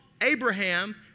Abraham